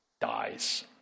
dies